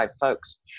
folks